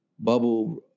bubble